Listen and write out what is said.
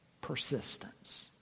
Persistence